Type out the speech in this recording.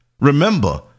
Remember